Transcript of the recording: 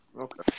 okay